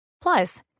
Plus